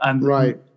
Right